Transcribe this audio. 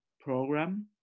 program